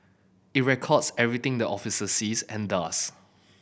it records everything the officer sees and does